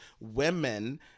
women